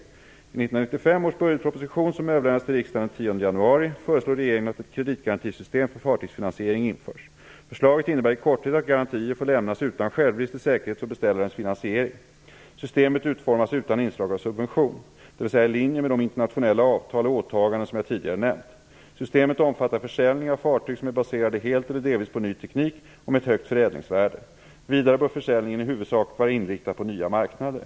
I 1995 års budgetproposition, som överlämnades till riksdagen den 10 januari, föreslår regeringen att ett kreditgarantisystem för fartygsfinansiering införs. Förslaget innebär i korthet att garantier får lämnas utan självrisk till säkerhet för beställarens finansiering. Systemet utformas utan inslag av subvention, dvs. i linje med de internationella avtal och åtaganden som jag tidigare nämnt. Systemet omfattar försäljning av fartyg som är baserade helt eller delvis på ny teknik och med ett högt förädlingsvärde. Vidare bör försäljningen huvudsakligen vara inriktad på nya marknader.